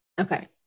Okay